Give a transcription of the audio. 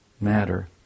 matter